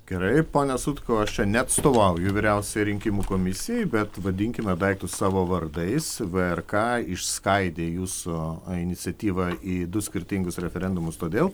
gerai pone sutkau aš čia neatstovauju vyriausiajai rinkimų komisijai bet vadinkime daiktus savo vardais vrk išskaidė jūsų iniciatyvą į du skirtingus referendumus todėl